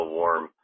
warm